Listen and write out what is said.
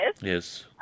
Yes